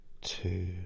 two